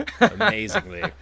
amazingly